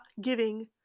giving